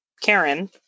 karen